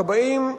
בכבאים.